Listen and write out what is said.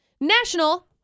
National